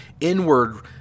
inward